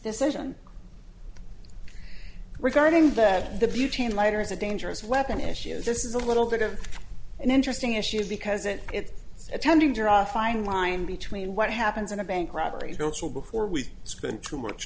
decision regarding that the butane lighter is a dangerous weapon issue this is a little bit of an interesting issues because it is a time to draw fine line between what happens in a bank robbery go to before we spend too much